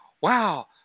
Wow